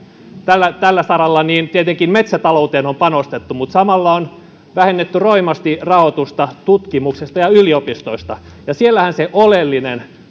tällä tällä saralla niin tietenkin metsätalouteen on panostettu mutta samalla on vähennetty roimasti rahoitusta tutkimuksesta ja yliopistoista ja siellähän se oleellinen